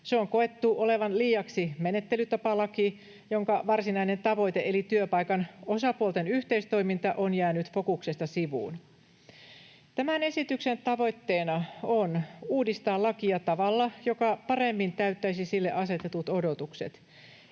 Sen on koettu olevan liiaksi menettelytapalaki, jonka varsinainen tavoite eli työpaikan osapuolten yhteistoiminta on jäänyt fokuksesta sivuun. Tämän esityksen tavoitteena on uudistaa lakia tavalla, joka paremmin täyttäisi sille asetetut odotukset.